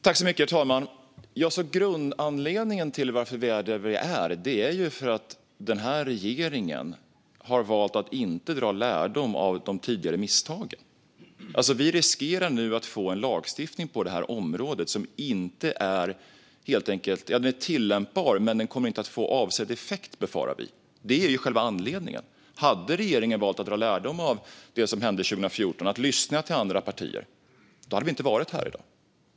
Herr talman! Grundanledningen till att vi är här är att regeringen har valt att inte dra lärdom av tidigare misstag. Vi riskerar nu att få en lagstiftning på detta område som är tillämpbar men inte kommer att få avsedd effekt. Hade regeringen valt att dra lärdom av det som hände 2014 och lyssnat på andra partier hade vi inte varit här i dag.